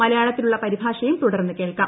മലയാളത്തിലുള്ള പരിഭാഷയും തുടർന്ന് കേൾക്കാം